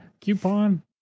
coupon